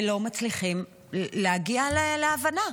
לא מצליחים להגיע להבנה.